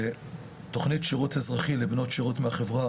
תכנית שירות אזרחי לבנות שירות מהחברה